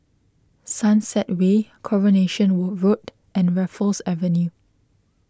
Sunset Way Coronation Road and Raffles Avenue